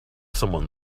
someone